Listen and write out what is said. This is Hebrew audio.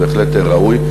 בהחלט ראוי.